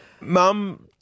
Mum